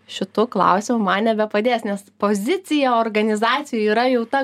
šitu klausimu man nebepadės nes pozicija organizacijoj yra jau ta